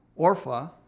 Orpha